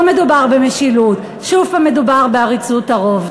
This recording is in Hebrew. לא מדובר במשילות, שוב מדובר בעריצות הרוב.